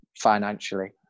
financially